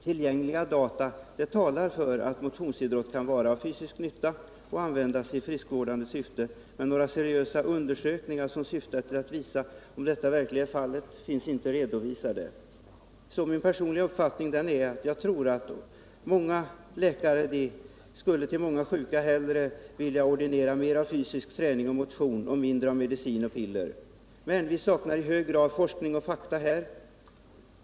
Tillgängliga data talar för att motionsidrott kan vara av fysisk nytta och användas i friskvårdande syfte. Men några seriösa undersökningar som syftar till att visa om det verkligen är fallet finns inte redovisade. Min personliga uppfattning är att många läkare skulle vilja ordinera mera fysisk träning och motion och mindre av medicin och piller. Men vi saknar i hög grad forskning och fakta här.